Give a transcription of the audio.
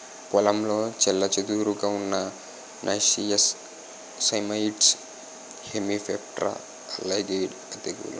పొలంలో చెల్లాచెదురుగా ఉన్న నైసియస్ సైమోయిడ్స్ హెమిప్టెరా లైగేయిడే తెగులు నియంత్రణకు బెస్ట్ మార్గాలు ఏమిటి?